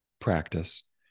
practice